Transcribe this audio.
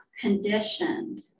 conditioned